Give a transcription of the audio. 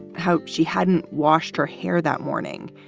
hope she hadn't washed her hair that morning.